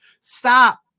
Stop